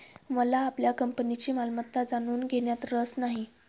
मला आपल्या कंपनीची मालमत्ता जाणून घेण्यात रस नाही